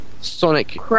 Sonic